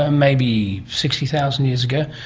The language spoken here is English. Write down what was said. ah maybe sixty thousand years ago,